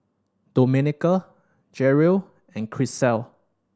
Domenica Jerel and Grisel